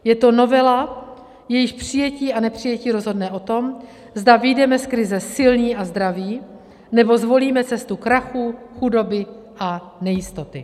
Je to novela, jejíž přijetí a nepřijetí rozhodne o tom, zda vyjdeme z krize silní a zdraví, nebo zvolíme cestu krachů, chudoby a nejistoty.